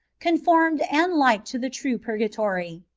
conformed and like to the true purgatory,